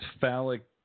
phallic